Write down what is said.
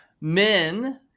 men